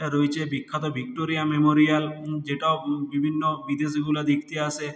রয়েছে বিখ্যাত Victoria Memorial যেটাও বিভিন্ন বিদেশিগুলা দেখতে আসে